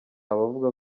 abavuga